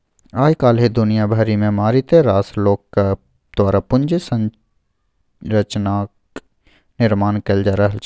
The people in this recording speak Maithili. आय काल्हि दुनिया भरिमे मारिते रास लोकक द्वारा पूंजी संरचनाक निर्माण कैल जा रहल छै